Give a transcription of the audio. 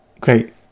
great